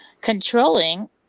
controlling